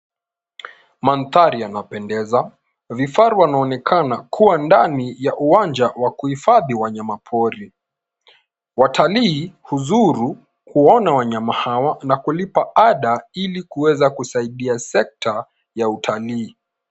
Mandhari yanapendeza. Vifaruu vinaonekana ndani ya uwanja wa hifadhi wa wanyamapori. Watalii huzuru kuona wanyama hawa na kulipa ada ili kusaidia sekta ya utalii.